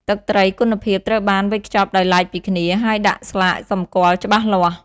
ទឹកត្រីគុណភាព ត្រូវបានវេចខ្ចប់ដោយឡែកពីគ្នា ហើយដាក់ស្លាកសម្គាល់ច្បាស់លាស់។